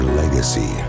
legacy